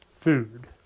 food